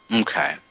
Okay